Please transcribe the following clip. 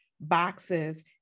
boxes